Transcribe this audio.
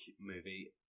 movie